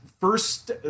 first